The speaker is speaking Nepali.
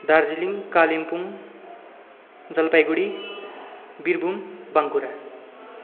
दार्जिलिङ कालिम्पोङ जलपाइगुडी वीरभूम बाँकुडा